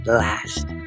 last